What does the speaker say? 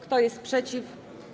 Kto jest przeciw?